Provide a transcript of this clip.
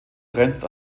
grenzt